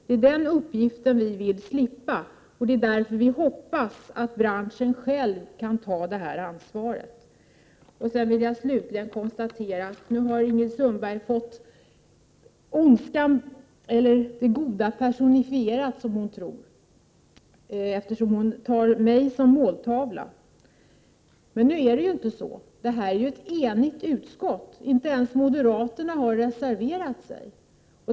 Det är den uppgiften vi 20 maj 1988 vill slippa, och det är därför vi hoppas att branschen själv kan ta det här ansvaret. Slutligen vill jag konstatera att nu har Ingrid Sundberg fått det onda-— eller det goda — personifierat, som hon tror, eftersom hon tar mig som måltavla. Men nu är det ju inte så. Utskottet är enigt — inte ens moderaterna har reserverat sig.